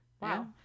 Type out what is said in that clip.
Wow